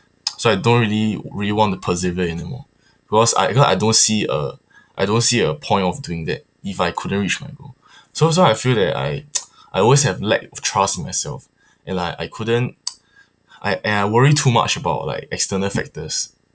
so I don't really really want to persevere anymore because I because I don't see a I don't see a point of doing that if I couldn't reach my goal so so I feel that I I always have lack of trust in myself and like I couldn't I and I worry too much about like external factor